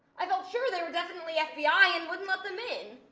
i thought, sure, they were definitely fbi and wouldn't let them in.